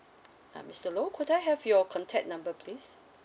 ah mister low could I have your contact number please